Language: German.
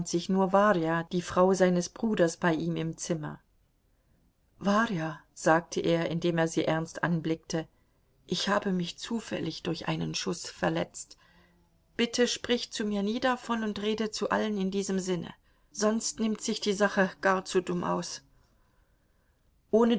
sich nur warja die frau seines bruders bei ihm im zimmer warja sagte er indem er sie ernst anblickte ich habe mich zufällig durch einen schuß verletzt bitte sprich zu mir nie davon und rede zu allen in diesem sinne sonst nimmt sich die sache gar zu dumm aus ohne